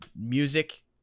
music